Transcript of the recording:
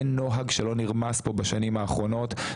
אין נוהג שלא נרמס פה בשנים האחרונות,